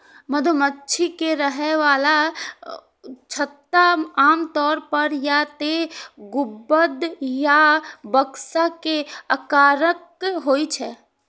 मधुमाछी के रहै बला छत्ता आमतौर पर या तें गुंबद या बक्सा के आकारक होइ छै